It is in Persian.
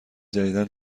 جدیدا